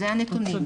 אלה הנתונים.